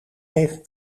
tegen